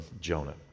Jonah